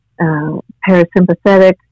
parasympathetic